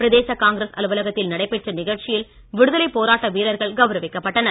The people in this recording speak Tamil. பிரதேச காங்கிரஸ் அலுவலகத்தில் நடைபெற்ற நிகழ்ச்சியில் விடுதலைப் போராட்ட வீரர்கள் கௌரவிக்கப்பட்டனர்